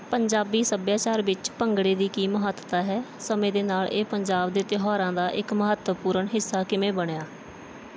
ਪੰਜਾਬੀ ਸੱਭਿਆਚਾਰ ਵਿੱਚ ਭੰਗੜੇ ਦੀ ਕੀ ਮਹੱਤਤਾ ਹੈ ਸਮੇਂ ਦੇ ਨਾਲ ਇਹ ਪੰਜਾਬ ਦੇ ਤਿਉਹਾਰਾਂ ਦਾ ਇੱਕ ਮਹੱਤਵਪੂਰਨ ਹਿੱਸਾ ਕਿਵੇਂ ਬਣਿਆ